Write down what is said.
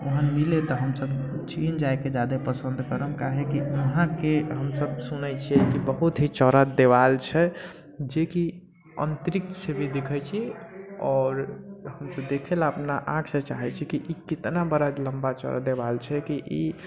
ओहन मिलै तऽ हमसब चीन जायके जादा पसन्द करब काहेकि वहाँके हमसब सुनैत छियै कि बहुत ही चौड़ा दिवाल छै जेकि अंतरिक्ष भी दिखायत छै आओर हम तऽ देखै ला अपना आँखि से चाहैत छी कि कितना बड़ा लम्बा चौड़ा दिवाल छै की